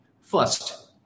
first